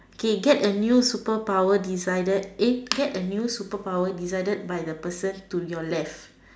okay get a new superpower decided eh get a new superpower decided by the person to your left